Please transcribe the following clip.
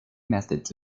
methods